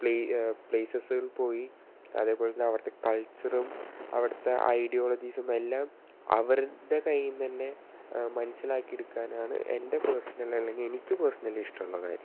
പ്ലേസസ്സുകള് പോയി അതേ പോലെ തന്നെ അവിടുത്തെ കള്ച്ചറും അവിടുത്തെ ഐഡിയോളജീസുമെല്ലാം അവരുടെ കയ്യിൽ നിന്ന് തന്നെ മനസ്സിലാക്കി എടുക്കാനാണ് എന്റെ പേര്സണൽ അല്ലെങ്കില് എനിക്ക് പേര്സണലി ഇഷ്ടമുള്ള കാര്യം